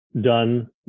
done